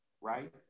Right